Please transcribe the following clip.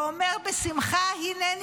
ואומר בשמחה: הינני,